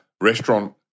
restaurant